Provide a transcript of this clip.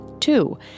Two